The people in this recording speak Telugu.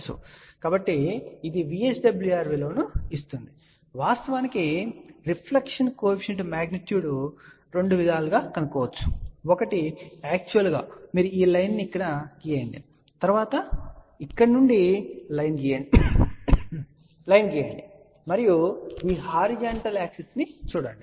కాబట్టి ఇది మనకు VSWR విలువను ఇస్తుంది మరియు వాస్తవానికి రిఫ్లెక్షన్ కోఎఫిషియంట్ మాగ్నిట్యూడ్ ను రెండు విధాలుగా కనుగొనవచ్చు ఒకటి యాక్చువల్ గా మీరు ఈ లైన్ ను ఇక్కడ గీయండి తర్వాత ఇక్కడ నుండి లైన్ గీయండి మరియు ఈ హారిజంటల్ యాక్సిస్ ను చూడండి